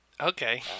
Okay